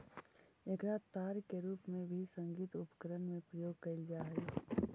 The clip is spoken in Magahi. एकरा तार के रूप में भी संगीत उपकरण में प्रयोग कैल जा हई